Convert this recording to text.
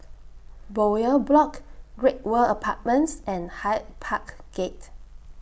Bowyer Block Great World Apartments and Hyde Park Gate